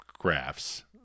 graphs